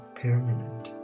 permanent